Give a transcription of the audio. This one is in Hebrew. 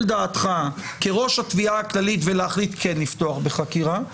דעתך כראש התביעה הכללית ולהחליט כן לפתוח בחקירה.